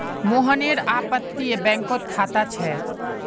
मोहनेर अपततीये बैंकोत खाता छे